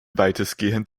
weitestgehend